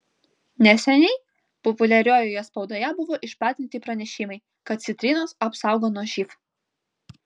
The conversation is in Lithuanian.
neseniai populiariojoje spaudoje buvo išplatinti pranešimai kad citrinos apsaugo nuo živ